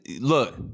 look